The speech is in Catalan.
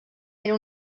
era